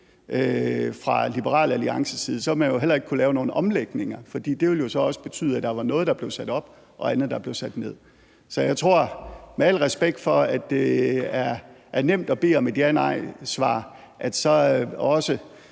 fra Liberal Alliances side helt til ende, så ville man jo heller ikke kunne lave nogen omlægninger, fordi det jo så også ville betyde, at der var noget, der blev sat op, og andet, der blev sat ned. Med al respekt for, at det er nemt at bede om et ja-/nejsvar, så tror